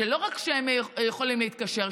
שלא רק שהם יכולים להתקשר,